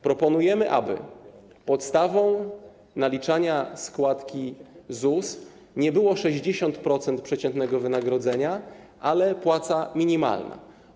Proponujemy, aby podstawą naliczania składki ZUS nie było 60% przeciętnego wynagrodzenia, ale płaca minimalna.